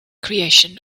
creation